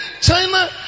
China